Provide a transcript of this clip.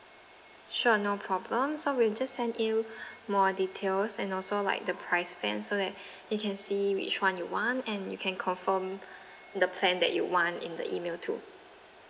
sure no problem so we'll just send you more details and also like the price plan so that you can see which [one] you want and you can confirm the plan that you want in the email too